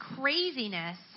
craziness